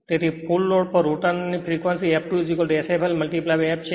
તેથી full load પર rotor કરંટની ફ્રેક્વન્સી f2Sfl f છે